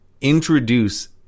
introduce